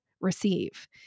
receive